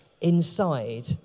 inside